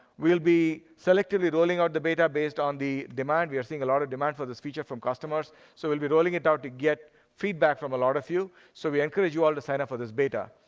we'll be selectively rolling out the beta based on the demand. we are seeing a lot of demand for this feature from customers. so we'll be rolling it out to get feedback from a lot of you. so we encourage you all to sign up for this beta.